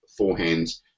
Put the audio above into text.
forehands